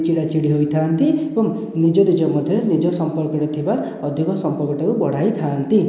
ଚିଡ଼ାଚିଡ଼ି ହୋଇଥାନ୍ତି ଏବଂ ନିଜ ନିଜ ମଧ୍ୟରେ ନିଜ ସମ୍ପର୍କ ଥିବା ଅଧିକ ସମ୍ପର୍କଟାକୁ ବଢ଼ାଇଥାନ୍ତି